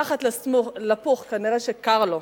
מתחת לפוך, כנראה קר לו.